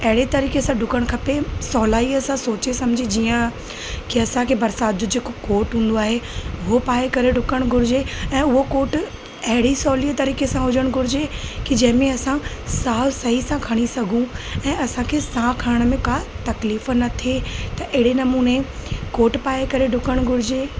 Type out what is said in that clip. अहिड़े तरीक़े सां डुकण खपे सहुलाईअ सां सोचे सम्झी जीअं कंहिं असांखे बरिसात जो जेको कॉट हूंदो आहे उहो पाए करे डुकण घुरिजे ऐं उहो कोट अहिड़ी सहुली तरीक़े सां हुजणु घुरिजे की जंहिंमें असां साहु सही सां खणी सघूं ऐं असांखे साहु खणण में का तकलीफ़ न थिए त अहिड़े नमूने कोट पाए करे डुकणु घुरिजे